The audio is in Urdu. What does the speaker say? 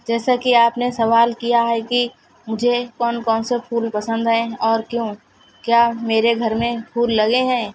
جیسا کہ آپ نے سوال کیا ہے کہ مجھے کون کون سے پھول پسند ہیں اور کیوں کیا میرے گھر میں پھول لگے ہیں